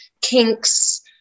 kinks